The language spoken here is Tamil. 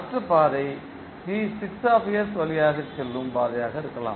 மற்ற பாதை வழியாக செல்லும் பாதையாக இருக்கலாம்